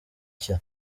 nshya